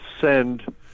send